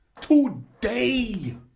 Today